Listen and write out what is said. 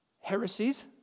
heresies